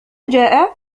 جائع